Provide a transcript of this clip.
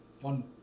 One